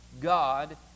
God